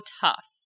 tough